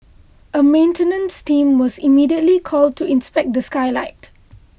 a maintenance team was immediately called in to inspect the skylight